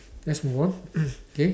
let's move on okay